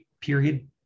period